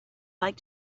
like